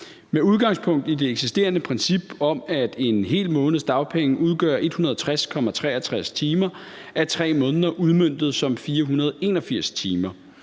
Med udgangspunkt i det eksisterende princip om, at en hel måneds dagpenge udgør 160,63 timer, er 3 måneder udmøntet som 481 timer,